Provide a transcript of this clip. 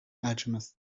alchemist